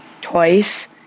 twice